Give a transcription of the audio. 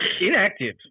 inactive